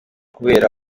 kubera